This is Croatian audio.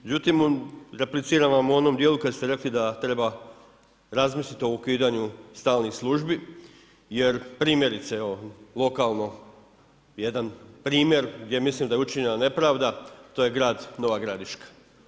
Međutim, repliciram vam u onom dijelu kada ste rekli da treba razmisliti o ukidanju stalnih službi jer primjerice evo lokalno jedan primjer gdje mislim da je učinjena nepravda to je grad Nova Gradiška.